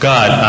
God